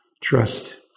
trust